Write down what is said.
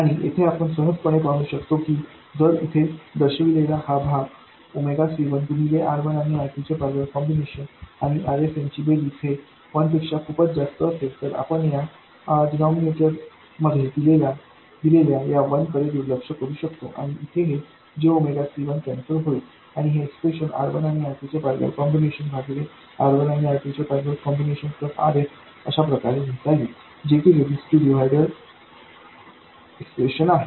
आणि येथे आपण सहजपणे पाहू शकतो की जर येथे दर्शविलेला हा भाग C1 गुणिले R1आणिR2चे पैरलेल कॉम्बिनेशन आणि RS यांची बेरीज हे 1 पेक्षा खूपच जास्त असेल तर आपण या डिनामनैटर मध्ये दिलेल्या या 1 कडे दुर्लक्ष करू शकतो आणि इथे हे j C1कॅन्सल होईल आणि हे एक्स्प्रेशन R1आणिR2चे पैरलेल कॉम्बिनेशन भागिले R1आणिR2चे पैरलेल कॉम्बिनेशन प्लस RS या प्रकारे लिहिता येईल जे की रजिस्टिव्ह डिव्हायडर एक्स्प्रेशन आहे